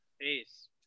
peace